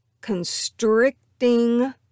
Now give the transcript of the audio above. constricting